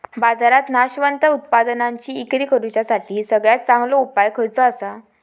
बाजारात नाशवंत उत्पादनांची इक्री करुच्यासाठी सगळ्यात चांगलो उपाय खयचो आसा?